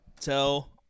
tell